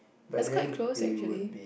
just quite close actually